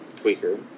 tweaker